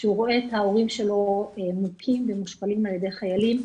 כשהוא רואה את ההורים שלו מוכים ומושפלים על ידי חיילים,